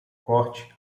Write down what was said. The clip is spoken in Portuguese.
corte